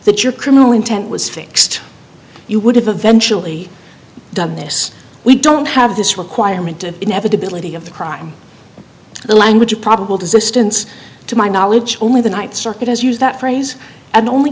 that your criminal intent was fixed you would have eventually done this we don't have this requirement of inevitability of the crime the language of probable distance to my knowledge only the ninth circuit has used that phrase and only